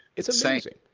it's so amazing.